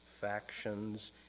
factions